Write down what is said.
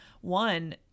one